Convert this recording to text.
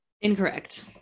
Incorrect